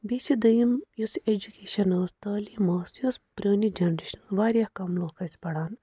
بیٚیہِ چھِ دۆیِم یُس ایجوکیشَن ٲس تعلیٖم ٲس یہِ ٲس پرٛانہِ جَنٛریشنہِ واریاہ کَم لوٗکھ ٲسۍ پَران